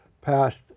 passed